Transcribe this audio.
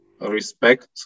respect